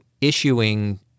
issuing